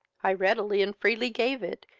i readily and freely gave it,